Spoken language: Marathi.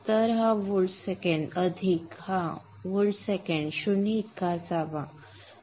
तर हा व्होल्ट सेकंद अधिक हा व्होल्ट सेकंद 0 इतका असावा